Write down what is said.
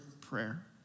prayer